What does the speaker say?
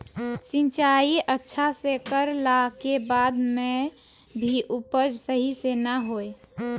सिंचाई अच्छा से कर ला के बाद में भी उपज सही से ना होय?